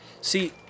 See